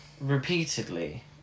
repeatedly